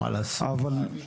מה לעשות.